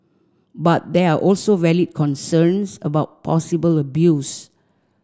but there are also valid concerns about possible abuse